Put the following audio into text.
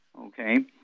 Okay